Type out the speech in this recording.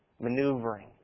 Maneuvering